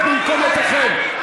חברי הכנסת, נא לשבת במקומותיכם.